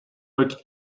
vakit